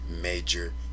major